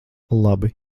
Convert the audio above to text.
labi